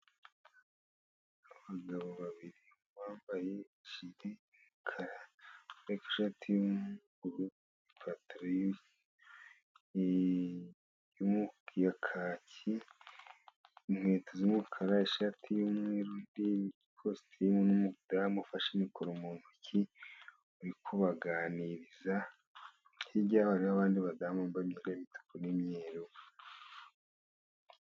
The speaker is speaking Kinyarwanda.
Abagabo babiri bambaye jirikara n'ishati, inkweto z'umukara ishati y'umweru ikositimu, .umudamu ufashe mikoro mu ntoki uri kubaganiriza, hirya yaho hariho abandi badamu bambaye imituku n'imyeru.